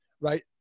right